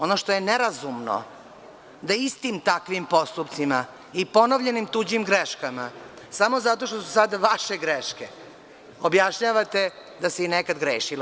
Ono što je nerazumno je da istim takvim postupcima i ponovljenim tuđim greškama, samozato što su sada vaše greške, objašnjavate da se i nekad grešilo.